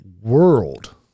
world